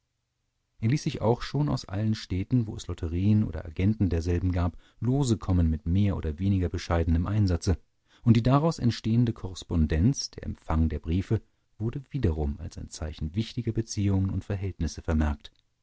er ließ sich auch schon aus allen städten wo es lotterien oder agenten derselben gab lose kommen mit mehr oder weniger bescheidenem einsatze und die daraus entstehende korrespondenz der empfang der briefe wurde wiederum als ein zeichen wichtiger beziehungen und verhältnisse vermerkt